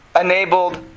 enabled